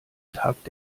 tagt